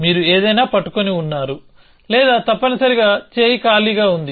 మీరు ఏదైనా పట్టుకొని ఉన్నారు లేదా తప్పనిసరిగా చేయి ఖాళీగా ఉంది